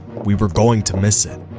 we were going to miss it.